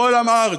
בכל הארץ,